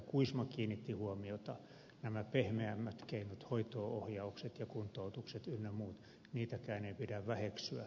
kuisma kiinnitti huomiota nämä pehmeämmät keinot hoitoonohjaukset ja kuntoutukset ynnä muut niitäkään ei pidä väheksyä